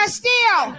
steal